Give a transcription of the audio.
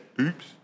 oops